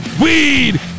weed